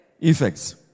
effects